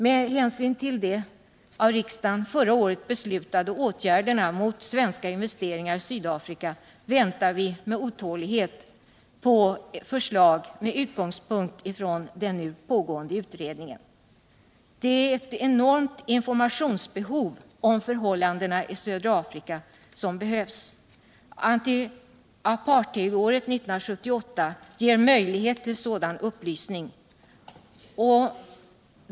Med hänsyn till de av riksdagen förra året beslutade åtgärderna mot svenska investeringar i Sydafrika väntar vi med otålighet på förslag med utgångspunkt i den nu pågående utredningen. Det finns ett enormt informationsbehov om förhållandena i södra Afrika. Antiapartheidåret 1978 ger möjlighet till sådan upplysning.